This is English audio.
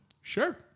sure